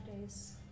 days